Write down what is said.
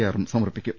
ആറും സമർപ്പിക്കും